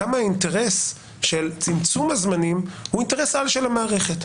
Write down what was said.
האינטרס של צמצום הזמנים הוא אינטרס על של המערכת.